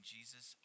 Jesus